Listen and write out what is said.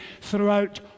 throughout